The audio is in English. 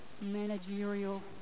managerial